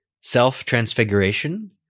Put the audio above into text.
self-transfiguration